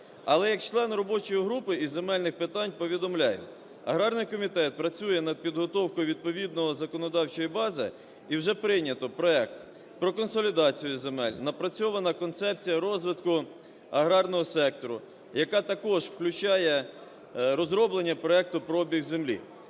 Але як член робочої групи із земельних питань повідомляю, аграрний комітет працює над підготовкою відповідної законодавчої бази і вже прийнято проект про консолідацію земель, напрацьована концепція розвитку аграрного сектору, яка також включає розроблення проекту про обіг землі.